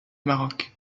maroc